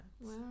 wow